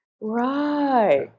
right